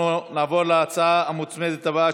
אנחנו נעבור להצעה המוצמדת הבאה,